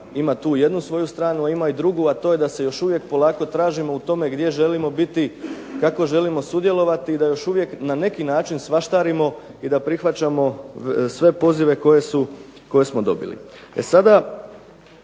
ima tu jednu svoju stranu, a ima i drugu a to je da se još uvijek polako tražimo gdje želimo biti i kako želimo sudjelovati i da još uvijek na neki način svaštarimo i da prihvaćamo sve pozive koje smo dobili.